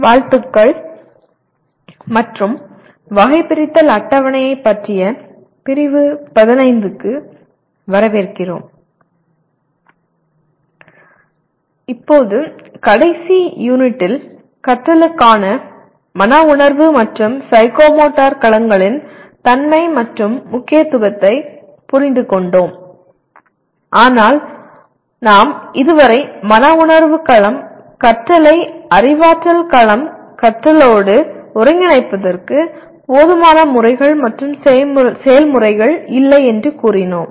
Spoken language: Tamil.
வாழ்த்துக்கள் மற்றும் வகைபிரித்தல் அட்டவணையைப் பற்றிய பிரிவு 15 க்கு வரவேற்கிறோம் இப்போது கடைசி யூனிட்டில் கற்றலுக்கான மன உணர்வு களம் மற்றும் சைக்கோமோட்டர் களங்களின் தன்மை மற்றும் முக்கியத்துவத்தைப் புரிந்துகொண்டோம் ஆனால் நாங்கள் இதுவரை மன உணர்வு களம் கற்றலை அறிவாற்றல் களம் கற்றலோடு ஒருங்கிணைப்பதற்கு போதுமான முறைகள் மற்றும் செயல்முறைகள் இல்லை என்று கூறினோம்